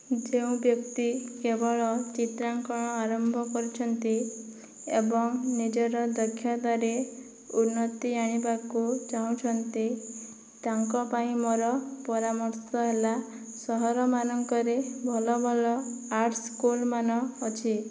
ଯେଉଁ ବ୍ୟକ୍ତି କେବଳ ଚିତ୍ରାଙ୍କନ ଆରମ୍ଭ କରିଛନ୍ତି ଏବଂ ନିଜର ଦକ୍ଷତାରେ ଉନ୍ନତି ଆଣିବାକୁ ଚାହୁଁଛନ୍ତି ତାଙ୍କ ପାଇଁ ମୋର ପରାମର୍ଶ ହେଲା ସହରମାନଙ୍କରେ ଭଲ ଭଲ ଆର୍ଟ୍ସ ସ୍କୁଲ୍ମାନ ଅଛି